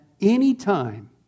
anytime